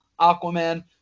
Aquaman